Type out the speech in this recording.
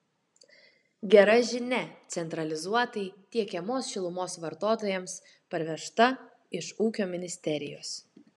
gera žinia centralizuotai tiekiamos šilumos vartotojams parvežta iš ūkio ministerijos